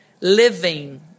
living